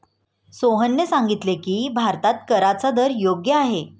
सोहनने सांगितले की, भारतात कराचा दर योग्य आहे